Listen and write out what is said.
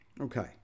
Okay